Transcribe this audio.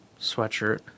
sweatshirt